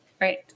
Right